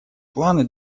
планы